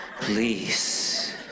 Please